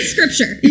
Scripture